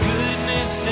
Goodness